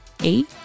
eight